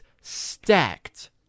stacked